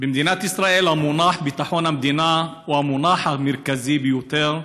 במדינת ישראל המונח ביטחון המדינה הוא המונח המרכזי ביותר,